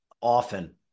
often